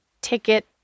ticket